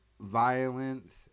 violence